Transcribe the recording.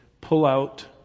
pull-out